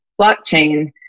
blockchain